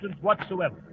whatsoever